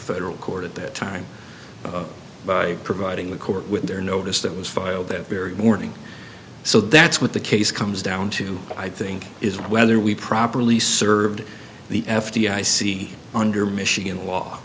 federal court at that time by providing the court with their notice that was filed that very morning so that's what the case comes down to i think is whether we properly served the f d i c under michigan la